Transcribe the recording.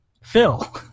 Phil